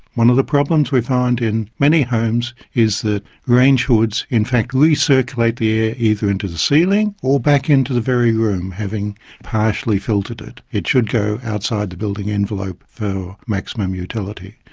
one of the problems we find in many homes is that range hoods in fact recirculate the air either into the ceiling or back into the very room, having partially filtered it. it should go outside the building envelope for maximum utility.